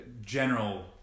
general